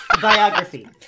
biography